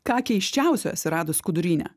ką keisčiausio esi radus skuduryne